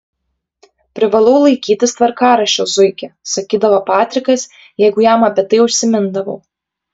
privalau laikytis tvarkaraščio zuiki sakydavo patrikas jeigu jam apie tai užsimindavau